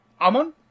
Amon